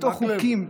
בתוך חוקים,